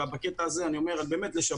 בקטע הזה, אני אומר כדי לשבח.